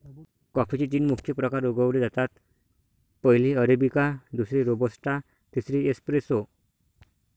कॉफीचे तीन मुख्य प्रकार उगवले जातात, पहिली अरेबिका, दुसरी रोबस्टा, तिसरी एस्प्रेसो